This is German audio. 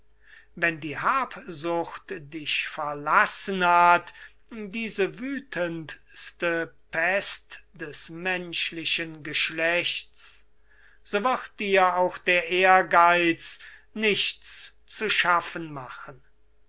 wenn die habsucht dich verlassen hat diese wüthendste pest des menschlichen geschlechts so wird dir auch der ehrgeiz nichts zu schaffen machen